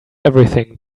everything